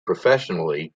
professionally